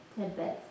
Tidbits